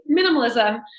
minimalism